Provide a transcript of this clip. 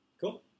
Cool